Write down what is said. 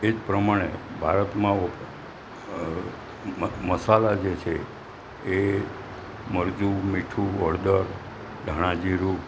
એ જ પ્રમાણે ભારતમાં મસાલા જે છે એ મરચું મીઠું હળદર ધાણા જીરું